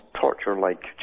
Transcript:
torture-like